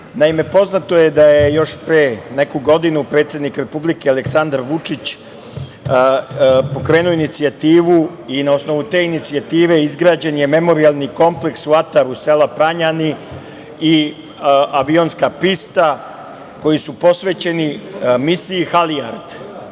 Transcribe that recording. poznato je da je još pre neku godinu predsednik Republike Aleksandar Vučić pokrenuo inicijativu i na osnovu te inicijative izgrađen je Memorijalni kompleks u ataru sela Pranjani i avionska pista, koji su posvećeni misiji "Halijard".Šta